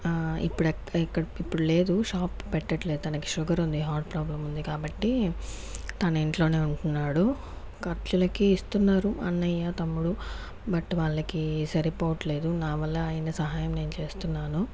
ఇప్పుడు లేదు షాపు పెట్టట్లేదు తనకి షుగరుంది హార్ట్ ప్రాబ్లమ్ ఉంది కాబట్టి తను ఇంట్లోనే ఉంటున్నాడు ఖర్చులుకి ఇస్తున్నారు అన్నయ తమ్ముడు బట్ వాళ్ళకి సరిపోవట్లేదు నావల్లే అయిన సహాయం నేను చేస్తున్నాను